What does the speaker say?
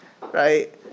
right